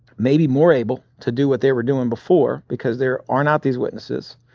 maybe more able to do what they were doing before because there are not these witnesses.